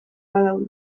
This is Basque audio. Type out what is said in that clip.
badaude